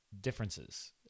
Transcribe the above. differences